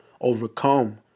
overcome